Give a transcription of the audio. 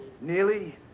Nearly